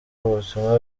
ubutumwa